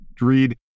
read